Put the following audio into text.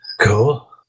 Cool